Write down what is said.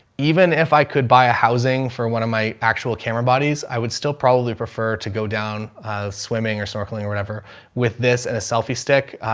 even if i could buy a housing for one of my actual camera bodies, i would still probably prefer to go down a swimming or snorkeling or whatever with this and a selfie stick.